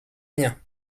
rien